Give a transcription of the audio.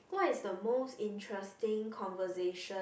what is the most interesting conversation